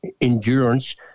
endurance